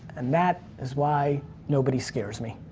and that is why nobody scares me.